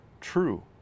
true